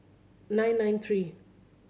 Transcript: nine nine three